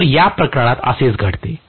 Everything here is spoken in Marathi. तर या प्रकरणात असेच घडते